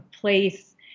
place